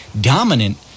dominant